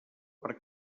per